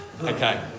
Okay